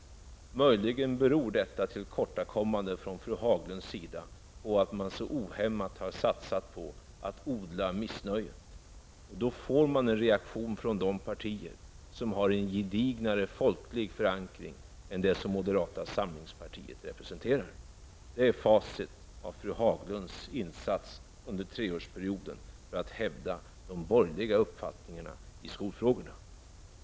Möjligen beror detta till kortakommande från fru Haglunds sida på att man så ohämmat har satsat på att odla detta med missnöje. Då får man en reaktion från de partier som har en gedignare folkligförankring än vad moderata samlingspartiet representerar. Det är facit beträffande de insatser som fru Haglund har gjort under den här treårsperioden för att hävda de borgerliga uppfattningarna i skolfrågor.